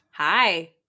Hi